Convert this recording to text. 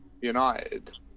United